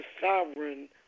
Sovereign